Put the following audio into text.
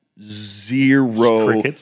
zero